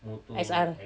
X_R